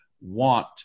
want